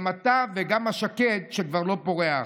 גם אתה וגם השקד, שכבר לא פורח.